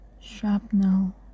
shrapnel